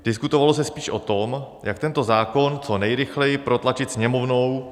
Diskutovalo se spíš o tom, jak tento zákon co nejrychleji protlačit Sněmovnou.